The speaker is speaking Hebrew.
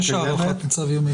יש הערכת מצב יומית?